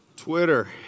Twitter